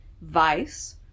Vice